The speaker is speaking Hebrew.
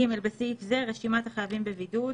ג) בסעיף זה, "רשימת החייבים בבידוד"